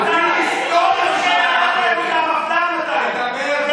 אפילו היסטוריה אתה לא יודע.